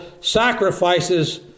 sacrifices